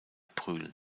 brühl